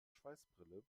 schweißbrille